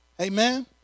Amen